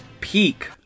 peak